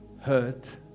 Hurt